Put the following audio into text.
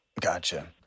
Gotcha